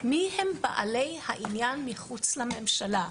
מי הם בעלי העניין מחוץ לממשלה.